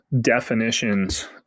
definitions